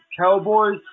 Cowboys